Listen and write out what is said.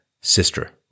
sister